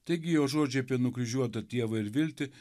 taigi jo žodžiai apie nukryžiuotą dievą ir viltį